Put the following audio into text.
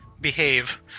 behave